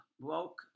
woke